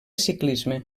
ciclisme